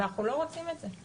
ואנחנו לא רוצים את זה.